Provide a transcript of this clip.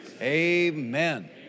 Amen